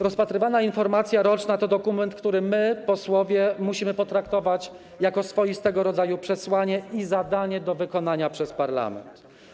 Rozpatrywana informacja roczna to dokument, który my, posłowie, musimy potraktować jako swoistego rodzaju przesłanie i zadanie do wykonania przez parlament.